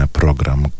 program